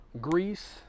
Greece